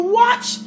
watch